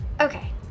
Okay